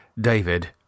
David